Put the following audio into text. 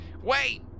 wait